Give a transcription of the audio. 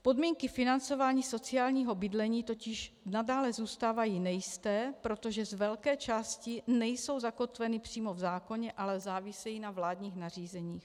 Podmínky financování sociálního bydlení totiž nadále zůstávají nejisté, protože z velké části nejsou zakotveny přímo v zákoně, ale závisejí na vládních nařízeních.